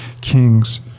kings